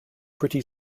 pretty